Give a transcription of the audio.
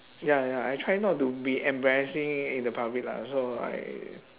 ya ya I try not to be embarrassing in the public lah so I